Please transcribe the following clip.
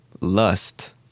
Lust